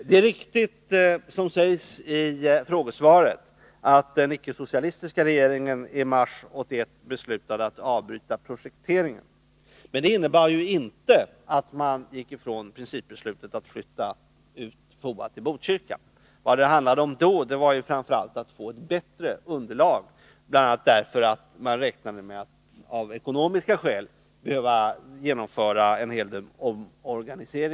Det är riktigt, som sägs i interpellationssvaret, att den icke-socialistiska regeringen i mars 1981 beslutade att avbryta projekteringen. Men det innebär inte att man gick ifrån principbeslutet att flytta ut FOA till Botkyrka. Vad det handlade om då var framför allt att få ett bättre underlag, bl.a. därför att man räknade med att av ekonomiska skäl behöva organisera om FOA:s verksamhet en hel del.